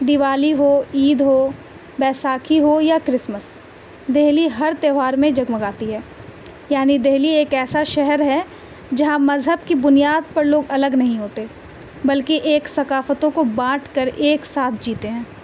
دیوالی ہو عید ہو بیساکھی ہو یا کرسمس دہلی ہر تیوہار میں جگمگاتی ہے یعنی دہلی ایک ایسا شہر ہے جہاں مذہب کی بنیاد پر لوگ الگ نہیں ہوتے بلکہ ایک ثقافتوں کو بانٹ کر ایک ساتھ جیتے ہیں